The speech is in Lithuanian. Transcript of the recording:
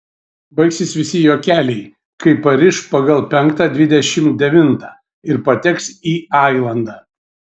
baigsis visi juokeliai kai pariš pagal penktą dvidešimt devintą ir pateks į ailandą